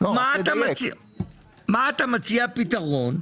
מה אתה מציע לפתרון,